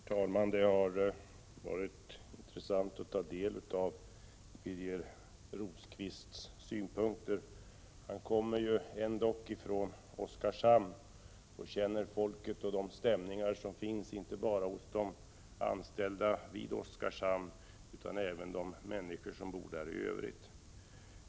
Herr talman! Det har varit intressant att lyssna till Birger Rosqvists synpunkter. Han kommer från Oskarshamn och känner folket där. Han känner till de stämningar som finns inte bara hos de anställda vid Oskarshamnsverket utan även hos de övriga människor som bor på orten.